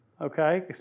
Okay